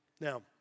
Now